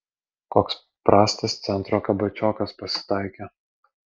koks prastas centro kabačiokas pasitaikė